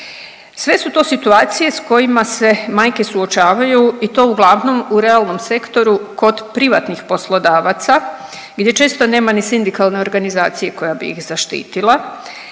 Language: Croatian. Sve su to situacije s kojima se majke suočavaju i to uglavnom u realnom sektoru kod privatnih poslodavaca gdje često nema ni sindikalne organizacije koja bi ih zaštitila.